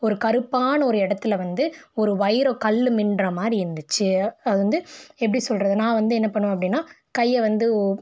ஒரு கருப்பான ஒரு இடத்துல வந்து ஒரு வைரம் கல் மின்னுற மாதிரி இருந்துச்சு அது வந்து எப்படி சொல்கிறது நான் வந்து என்ன பண்ணுவேன் அப்படின்னா கையை வந்து